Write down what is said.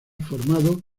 formado